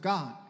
God